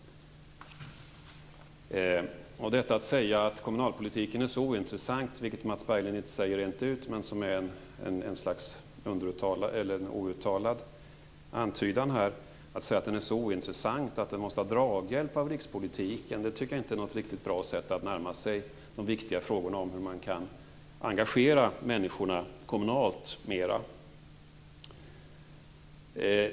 Att säga att kommunalpolitiken är ointressant - Mats Berglind säger det inte rent ut men det är ett slags outtalad antydan här - att den måste ha draghjälp av rikspolitiken tycker jag inte är ett riktigt bra sätt att närma sig de viktiga frågorna om hur man mera kan engagera människorna kommunalt.